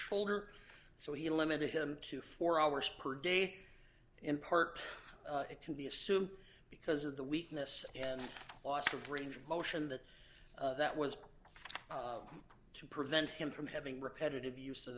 shoulder so he limited him to four hours per day in part it can be assumed because of the weakness and loss of range of motion that that was to prevent him from having repetitive use